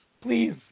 Please